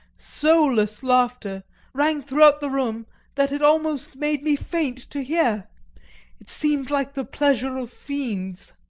soulless laughter rang through the room that it almost made me faint to hear it seemed like the pleasure of fiends.